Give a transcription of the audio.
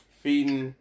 feeding